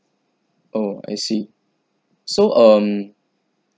oh I see so um